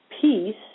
peace